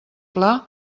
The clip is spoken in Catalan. pla